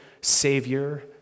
savior